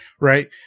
Right